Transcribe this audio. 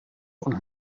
und